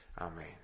Amen